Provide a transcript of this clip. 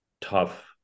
tough